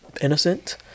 innocent